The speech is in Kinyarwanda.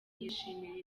yishimira